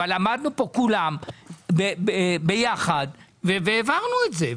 אבל עמדנו פה כולם ביחד והעברנו את זה.